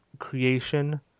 creation